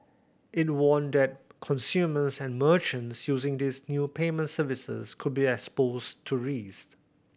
it warned that consumers and merchants using these new payment services could be exposed to risk